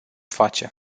face